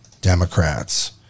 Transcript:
Democrats